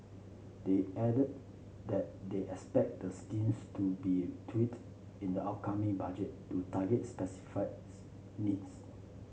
they added that they expect the scheme to be tweaked in the upcoming budget to target specific needs